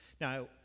Now